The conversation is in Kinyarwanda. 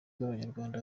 bw’abanyarwanda